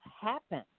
happen